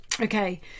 Okay